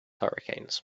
hurricanes